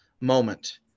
moment